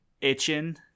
itching